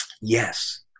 Yes